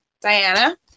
Diana